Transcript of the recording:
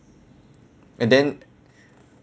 and then